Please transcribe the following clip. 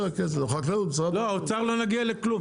עם האוצר לא נגיע לכלום.